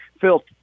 Phil